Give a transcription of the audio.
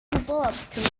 developed